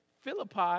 Philippi